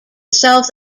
south